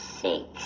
six